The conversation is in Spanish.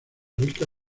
rica